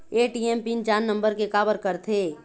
ATM pin चार number के काबर करथे?